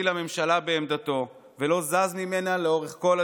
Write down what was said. לממשלה בעמדתו ולא זז ממנה לאורך כל הדיונים,